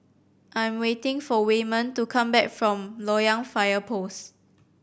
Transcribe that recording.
I am waiting for Wayman to come back from Loyang Fire Post